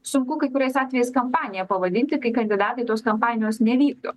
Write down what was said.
sunku kai kuriais atvejais kampanija pavadinti kai kandidatai tos kampanijos nevykdo